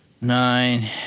nine